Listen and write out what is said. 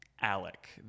Alec